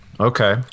okay